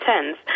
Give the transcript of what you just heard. tens